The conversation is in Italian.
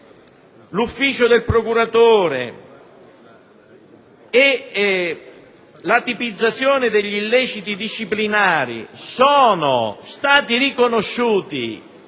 l'ufficio del procuratore e la tipizzazione degli illeciti disciplinari sono stati riconosciuti